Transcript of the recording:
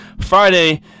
friday